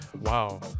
wow